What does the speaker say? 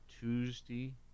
Tuesday